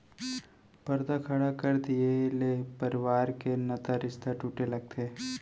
परदा खड़ा कर दिये ले परवार के नता रिस्ता टूटे लगथे